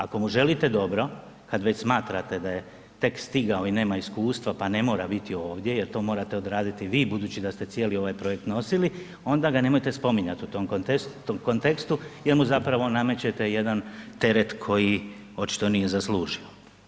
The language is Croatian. Ako mu želite dobro, kad već smatrate da je tek stigao i nema iskustva pa ne mora biti ovdje jer to morate odraditi vi budući da ste cijeli ovaj projekt nosili, onda ga nemojte spominjati u tom kontekstu jer mu zapravo namećete jedan teret koji očito nije zaslužio.